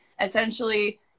essentially